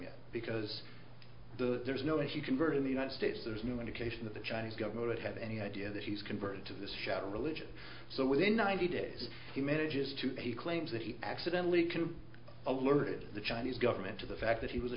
yet because there's no if you convert in the united states there's no indication that the chinese government would have any idea that he's converted to this shadow religion so within ninety days if he manages to he claims that he accidentally can alerted the chinese government to the fact that he was a